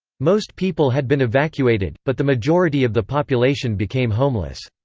most people had been evacuated, but the majority of the population became homeless.